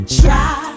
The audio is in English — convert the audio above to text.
try